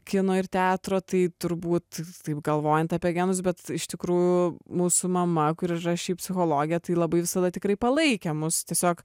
kino ir teatro tai turbūt taip galvojant apie genus bet iš tikrųjų mūsų mama kuri yra šiaip psichologė tai labai visada tikrai palaikė mus tiesiog